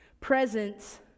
presence